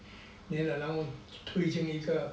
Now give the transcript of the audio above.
粘了然后推进一个